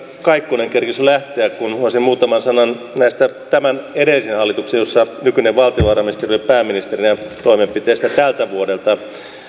kaikkonen kerkesi jo lähteä kun olisin muutaman sanan näistä edellisen hallituksen jossa nykyinen valtiovarainministeri oli pääministerinä toimenpiteistä tältä vuodelta